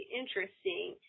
interesting